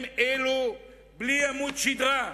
הם אלו בלי עמוד שדרה,